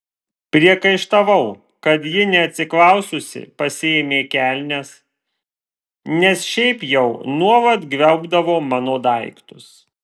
priekaištavau kad ji neatsiklaususi pasiėmė kelnes nes šiaip jau nuolat gvelbdavo mano daiktus